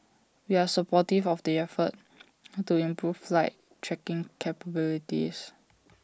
we are supportive of the efforts how to improve flight tracking capabilities